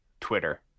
Twitter